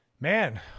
Man